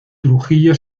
trujillo